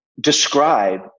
describe